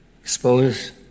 expose